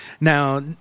Now